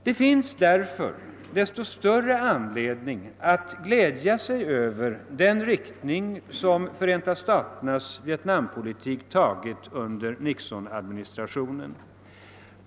Det finns därför desto större anledning att glädja sig över den riktning som Förenta staternas Vietnampolitik tagit under Nixonadministrationen.